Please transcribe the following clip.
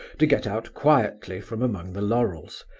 to get out quietly from among the laurels,